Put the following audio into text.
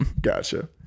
Gotcha